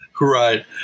right